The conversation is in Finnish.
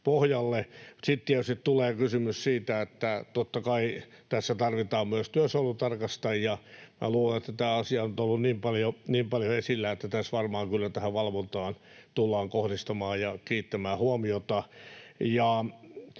Sitten tietysti tulee kysymys siitä, että totta kai tässä tarvitaan myös työsuojelutarkastajia. Minä luulen, että tämä asia on nyt ollut niin paljon esillä, että tässä varmaan tähän valvontaan tullaan kohdistamaan ja kiinnittämään huomiota.